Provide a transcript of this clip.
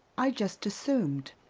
i just assumed.